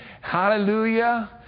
Hallelujah